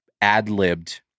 ad-libbed